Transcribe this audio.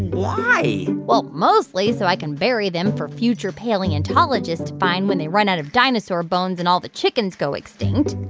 why? well, mostly so i can bury them for future paleontologists to find when they run out of dinosaur bones and all the chickens go extinct